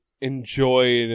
enjoyed